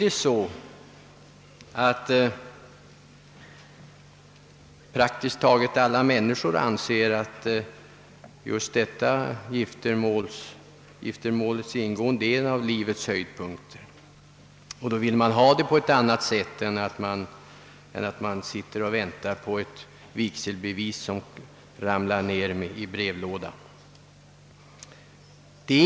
Men praktiskt taget alla människor anser att äktenskapets ingående är en av livets höjdpunkter, och man vill då ha det ordnat på ett annat sätt än att bara sitta och vänta på ett vigselbevis som ramlar ned i brevlådan.